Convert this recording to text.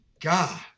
God